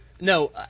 No